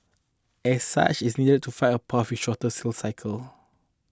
as such it needed to find a path with a shorter sales cycle